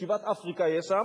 שיבת אפריקה יהיה שם.